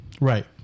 Right